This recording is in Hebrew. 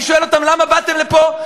אני שואל אותם: למה באתם לפה?